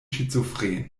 schizophren